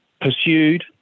pursued